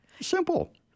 simple